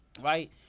Right